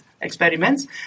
experiments